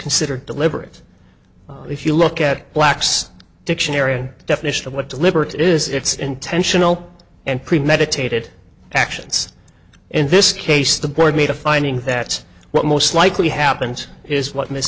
considered deliberate if you look at black's dictionary definition of what deliberate is it's intentional and premeditated actions in this case the board made a finding that what most likely happens is what miss